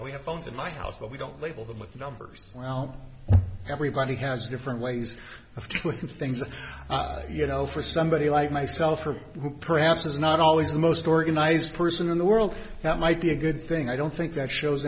we have phones in my house but we don't label them with numbers well everybody has different ways of doing things and you know for somebody like myself who perhaps is not always the most organized person in the world that might be a good thing i don't think that show